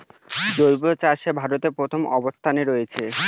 জৈব চাষে ভারত প্রথম অবস্থানে রয়েছে